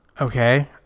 Okay